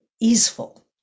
easeful